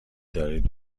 دارید